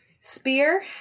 spear